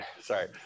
Sorry